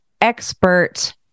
Expert